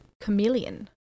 chameleon